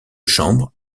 chambre